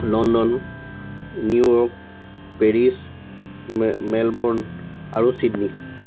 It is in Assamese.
লণ্ডন নিউয়ৰ্ক পেৰিছ ম মেলবৰ্ণ আৰু ছিডনী